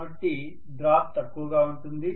కాబట్టి డ్రాప్ తక్కువగా ఉంటుంది